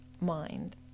mind